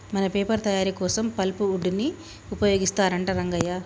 మన పేపర్ తయారీ కోసం పల్ప్ వుడ్ ని ఉపయోగిస్తారంట రంగయ్య